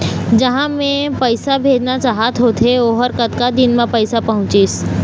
जहां मैं पैसा भेजना चाहत होथे ओहर कतका दिन मा पैसा पहुंचिस?